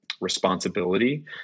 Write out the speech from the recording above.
responsibility